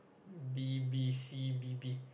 b_b_c B B